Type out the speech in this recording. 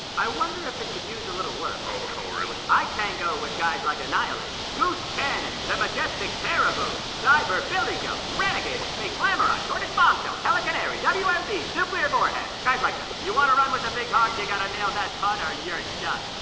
i wonder if it could use a little work. oh, really? i tango with guys like annihil-ape, goose cannon, the majestic cara-boom, cyber billy goat, rene-gator, baked clam-urai, tortoise bombshell, tele-canary, wm-bees, nuclear boar-head, guys like that. you wanna run with the big hogs, you gotta nail that pun or you're done.